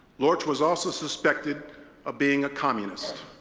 lorch was also suspected of being a communist.